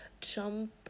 jump